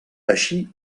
així